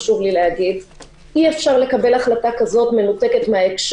שחשוב לשמוע בו את הדברים שקורים בשטח והנתונים,